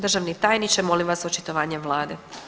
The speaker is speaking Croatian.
Državni tajniče molim vas očitovanje vlade.